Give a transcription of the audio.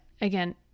again